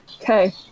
okay